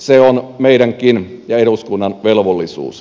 se on meidänkin ja eduskunnan velvollisuus